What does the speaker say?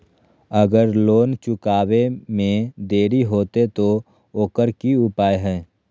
अगर लोन चुकावे में देरी होते तो ओकर की उपाय है?